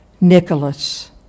Nicholas